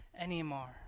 anymore